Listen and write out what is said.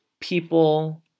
people